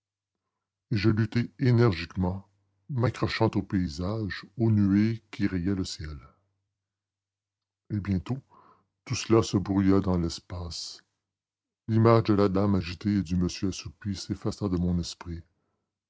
je luttai énergiquement m'accrochant au paysage aux nuées qui rayaient le ciel et bientôt tout cela se brouilla dans l'espace l'image de la dame agitée et du monsieur assoupi s'effaça dans mon esprit